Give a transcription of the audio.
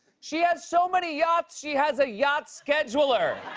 she has so many yachts, she has a yacht scheduler.